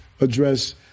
address